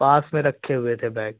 पास में रखे हुए थे बैग